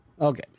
okay